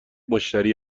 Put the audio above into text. مشتری